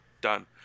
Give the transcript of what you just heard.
done